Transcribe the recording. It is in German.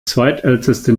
zweitälteste